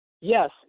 Yes